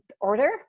order